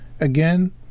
Again